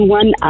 one